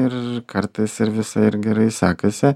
ir kartais ir visai ir gerai sekasi